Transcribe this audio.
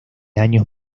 años